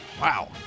Wow